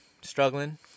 struggling